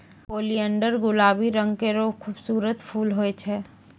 oleander गुलाबी रंग केरो खूबसूरत फूल होय छै